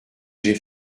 j’ai